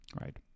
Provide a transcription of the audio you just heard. Right